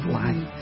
life